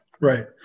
Right